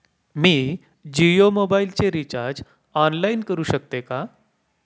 मी जियो मोबाइलचे recharge online करू शकते का?